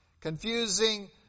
confusing